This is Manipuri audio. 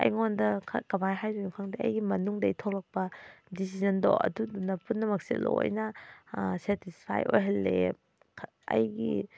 ꯑꯩꯉꯣꯟꯗ ꯀꯃꯥꯏꯅ ꯍꯥꯏꯗꯣꯏꯅꯣ ꯈꯪꯗꯦ ꯑꯩꯒꯤ ꯃꯅꯨꯡꯗꯩ ꯊꯣꯛꯂꯛꯄ ꯗꯤꯁꯤꯖꯟꯗꯣ ꯑꯗꯨꯗꯨꯅ ꯄꯨꯝꯅꯃꯛꯁꯦ ꯂꯣꯏꯅ ꯁꯦꯇꯤꯁꯐꯥꯏꯠ ꯑꯣꯏꯍꯜꯂꯦ ꯑꯩꯒꯤ